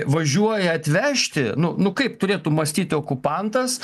važiuoja atvežti nu nu kaip turėtų mąstyti okupantas